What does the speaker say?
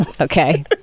okay